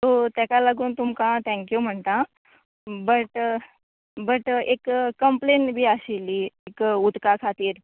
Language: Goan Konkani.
सो तेका लागून तुमकां थँक्यू म्हणटा बट बट एक कंम्प्लेन बी आशिल्ली एक उदका खातीर